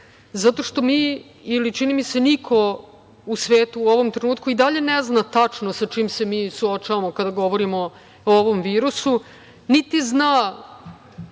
Zato što čini mi se mi ili niko u svetu u ovom trenutku i dalje ne zna tačno sa čime se mi suočavamo kada govorimo o ovom virusu, niti zna